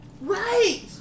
Right